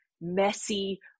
messy